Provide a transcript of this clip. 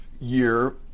year